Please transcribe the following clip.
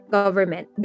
government